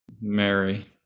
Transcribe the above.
Mary